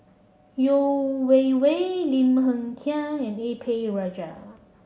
Yeo Wei Wei Lim Hng Kiang and A P Rajah